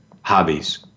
hobbies